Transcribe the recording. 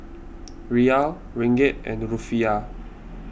Riyal Ringgit and Rufiyaa